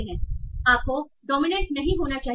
फिर आपको डोमिनेंट नहीं होना चाहिए